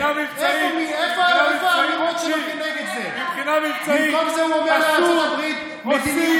איפה, מבחינה מבצעית, מבחינה מבצעית, עשו, עושים